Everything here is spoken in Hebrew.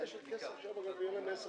הישיבה ננעלה בשעה